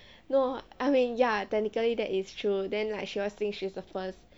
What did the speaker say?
no I mean ya technically that is true then like she always think she's the first